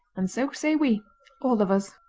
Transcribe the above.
and so say we all of us.